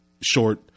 short